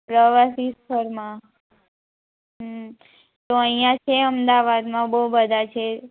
પ્રવાસી સ્થળમાં તો અહીંયાં છે અમદાવાદમાં બહુ બધા છે